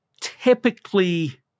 typically